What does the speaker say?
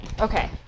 Okay